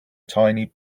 tiny